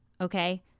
Okay